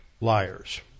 liars